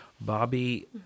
bobby